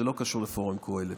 זה לא קשור לפורום קהלת.